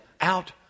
out